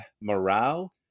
morale